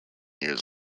years